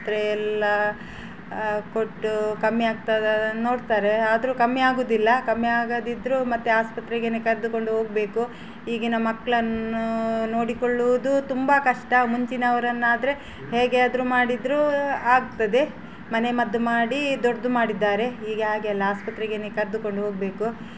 ತ್ರೆ ಎಲ್ಲ ಕೊಟ್ಟು ಕಮ್ಮಿ ಆಗ್ತದಾ ನೋಡ್ತಾರೆ ಆದ್ರೂ ಕಮ್ಮಿ ಆಗೋದಿಲ್ಲ ಕಮ್ಮಿ ಆಗದಿದ್ದರು ಮತ್ತೆ ಆಸ್ಪತ್ರೆಗೆ ಕರೆದುಕೊಂಡು ಹೋಗಬೇಕು ಈಗಿನ ಮಕ್ಕಳನ್ನು ನೋಡಿಕೊಳ್ಳೋದು ತುಂಬ ಕಷ್ಟ ಮುಂಚಿನವರನ್ನಾದರೆ ಹೇಗೆ ಆದ್ರೂ ಮಾಡಿದರೂ ಆಗ್ತದೆ ಮನೆಮದ್ದು ಮಾಡಿ ದೊಡ್ಡದು ಮಾಡಿದ್ದಾರೆ ಈಗ ಹಾಗೆ ಅಲ್ಲ ಆಸ್ಪತ್ರೆಗೆ ಕರೆದುಕೊಂಡು ಹೋಗಬೇಕು